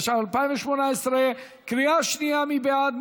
התשע"ח 2018. מי בעד?